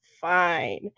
fine